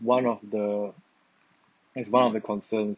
one of the as one of the concerns